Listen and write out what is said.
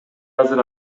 азыр